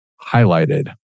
highlighted